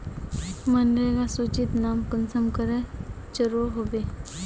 मनरेगा सूचित नाम कुंसम करे चढ़ो होबे?